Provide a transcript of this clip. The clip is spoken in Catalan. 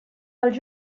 els